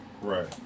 right